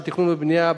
של תכנון ובנייה,